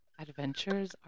Adventures